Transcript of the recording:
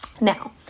Now